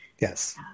yes